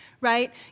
right